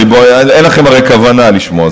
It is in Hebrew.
אין לכם הרי כוונה לשמוע,